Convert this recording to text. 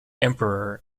emperor